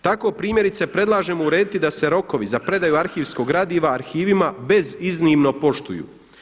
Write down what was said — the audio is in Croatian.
Tako primjerice predlažemo urediti da se rokovi za predaju arhivskog gradiva arhivima bez iznimno poštuju.